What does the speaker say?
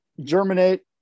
germinate